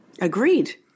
Agreed